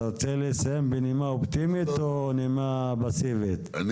אתה רוצה לסיים בנימה אופטימית או נימה פסימית?